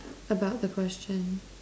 about the question